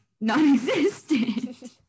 non-existent